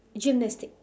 gymnastics